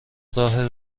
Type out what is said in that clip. راه